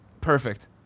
Perfect